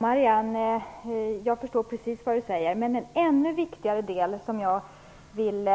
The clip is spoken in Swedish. Herr talman! Jag förstår precis vad Marianne Andersson säger. Men en ännu viktigare sak som jag vill